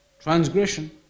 transgression